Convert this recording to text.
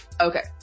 okay